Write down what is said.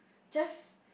just